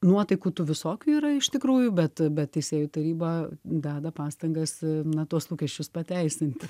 nuotaikų tų visokių yra iš tikrųjų bet bet teisėjų taryba deda pastangas na tuos lūkesčius pateisint